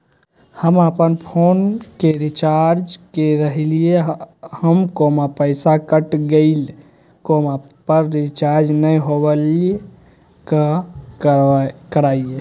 हम अपन फोन के रिचार्ज के रहलिय हल, पैसा कट गेलई, पर रिचार्ज नई होलई, का करियई?